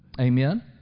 Amen